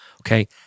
Okay